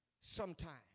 sometime